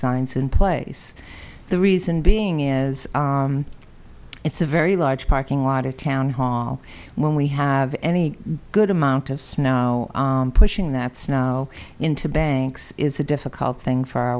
signs in place the reason being is it's a very large parking lot a town hall when we have any good amount of snow pushing that snow into banks is a difficult thing for our